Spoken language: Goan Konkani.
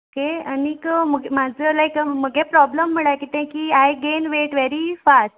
ओके आनीक मुगे म्हाजो लायक मगे प्रॉब्लम म्हळ्ळ्यार कितें की आय गेन वेट वॅरी फास्ट